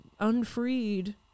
unfreed